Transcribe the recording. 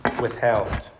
withheld